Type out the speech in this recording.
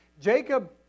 Jacob